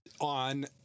on